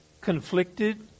conflicted